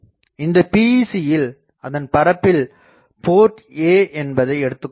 இந்த PEC யில் அதன் பரப்பில் போர்ட் a என்பதை எடுத்துக்கொள்வோம்